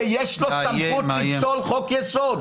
שיש לו סמכות לפסול חוק-יסוד.